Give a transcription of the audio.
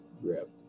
drift